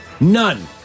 None